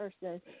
person